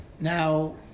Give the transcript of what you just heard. Now